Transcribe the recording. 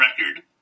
record